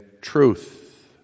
truth